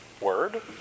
word